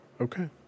okay